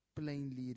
plainly